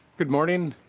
good morning.